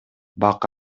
бак